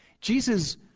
Jesus